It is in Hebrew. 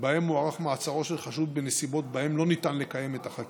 שבהם מוארך מעצרו של חשוד בנסיבות שבהן לא ניתן לקיים את החקירה,